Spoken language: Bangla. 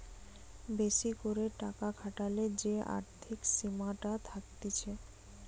বেশি করে টাকা খাটালে যে আর্থিক সীমাটা থাকতিছে